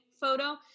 photo